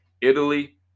Italy